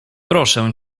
proszę